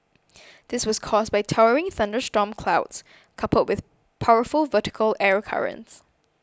this was caused by towering thunderstorm clouds coupled with powerful vertical air currents